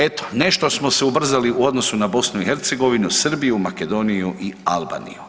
Eto nešto smo se ubrzali u odnosu na BiH, Srbiju, Makedoniju i Albaniju.